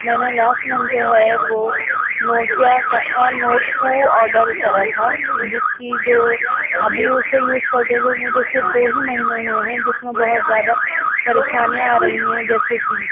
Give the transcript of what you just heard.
میں نے last month جو ہے وہ نوکیا کا اور نورڈ ٹو آرڈر کرا تھا جس کی جو ابھی اسے یوز کرتے ہوئے مجھے صرف دو ہی مہینے ہوئے ہیں جس میں بہت زیادہ پریشانیاں آ رہی ہیں جیسے کہ